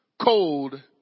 cold